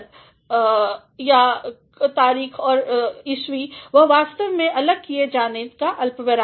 तो सितंबर ९ और २०१९ वह वास्तव में अलग किए जाने हैं अल्पविराम से